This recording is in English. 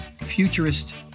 futurist